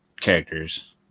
characters